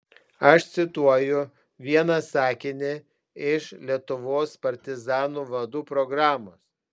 aš cituoju vieną sakinį iš lietuvos partizanų vadų programos